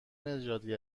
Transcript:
نژادی